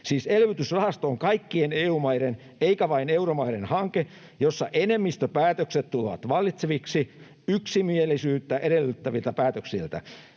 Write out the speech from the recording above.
elpymisrahasto on kaikkien EU-maiden eikä vain euromaiden hanke, jossa enemmistöpäätökset tulevat vallitseviksi yksimielisyyttä edellyttäviin päätöksiin